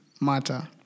matter